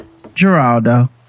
Geraldo